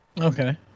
Okay